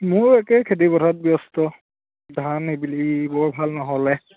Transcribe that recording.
মোৰো একেই খেতিপথাৰত ব্যস্ত ধান এইবেলি বৰ ভাল নহ'লে